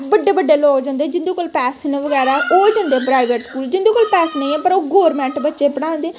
बड्डे बड्डे लोग जंदे जिं'दे कोल पैसे न बगैरा ओह् जंदे प्राईवेट स्कूल जिं'दे कोल पैहे नेईं हैन ओह् गौरमैंट बच्चे पढ़ांदे